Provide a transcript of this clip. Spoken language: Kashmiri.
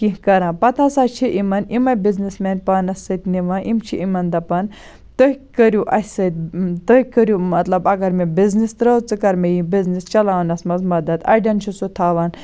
کینٛہہ کَران پَتہٕ ہَسا چھِ یِمَن یِمے بِزنٮ۪س مین پانَس سۭتۍ نِوان یِم چھِ یِمَن دَپان تُہۍ کٔرِو اَسہِ سۭتۍ تُہۍ کٔرِو مَطلَب اَگَر مےٚ بِزنٮ۪س ترٲو ژٕ کَر مےٚ یہِ بِزنٮ۪س چَلاونَس مَنٛز مَدَد اڑٮ۪ن چھُ سُہ تھاوان